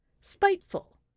Spiteful